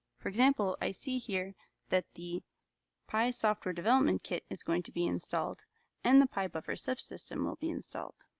for example, i see here that the pi software development kit is going to be installed and the pi buffer subsystem will be installed.